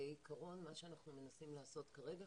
בעיקרון מה שאנחנו מנסים לעשות כרגע,